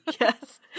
Yes